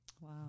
Wow